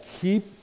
keep